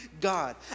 God